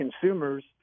consumers